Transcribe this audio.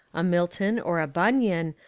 a milton or a bunyan,